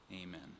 amen